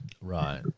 Right